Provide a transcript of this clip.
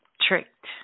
Tricked